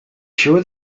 sure